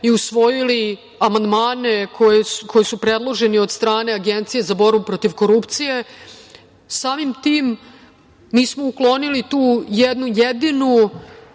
i usvojili amandmane koji su predloženi od strane Agencije za borbu protiv korupcije. Samim tim, mi smo uklonili tu jedinu